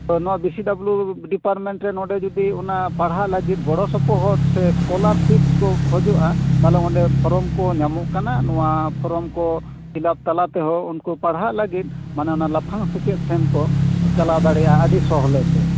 ᱛᱚ ᱱᱚᱣᱟ B C W department ᱨᱮ ᱱᱚᱸᱰᱮ ᱡᱩᱫᱤ ᱚᱱᱟ ᱯᱟᱲᱦᱟᱜ ᱞᱟᱹᱜᱤᱫ ᱜᱚᱲᱚᱥᱚᱯᱚᱦᱚᱫ ᱥᱮ ᱮᱥᱠᱚᱞᱟᱨᱥᱤᱯ ᱠᱚ ᱠᱷᱚᱡᱚᱜᱼᱟ ᱛᱟᱞᱦᱮ ᱚᱸᱰᱮ ᱯᱷᱚᱨᱚᱢ ᱠᱚ ᱧᱟᱢᱚᱜ ᱠᱟᱱᱟ ᱱᱚᱣᱟ ᱯᱷᱚᱨᱚᱢ ᱠᱚ ᱯᱷᱤᱞᱟᱯ ᱛᱟᱞᱟᱛᱮᱦᱚᱸ ᱩᱱᱠᱩ ᱯᱟᱲᱦᱟᱜ ᱞᱟᱹᱜᱤᱫ ᱢᱟᱱᱮ ᱚᱱᱟ ᱞᱟᱯᱷᱟᱝ ᱥᱮᱪᱮᱫ ᱥᱮᱱ ᱠᱚ ᱪᱟᱞᱟᱣ ᱫᱟᱲᱮᱭᱟᱜᱼᱟ ᱟᱹᱰᱤ ᱥᱚᱞᱦᱮ ᱛᱮ